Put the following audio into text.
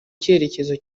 cyerekezo